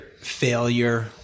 failure